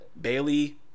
bailey